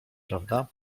prawda